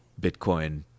bitcoin